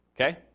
Okay